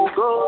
go